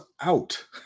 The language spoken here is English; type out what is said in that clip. out